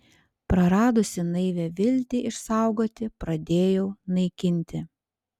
praradusi naivią viltį išsaugoti pradėjau naikinti